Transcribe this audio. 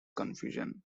confusion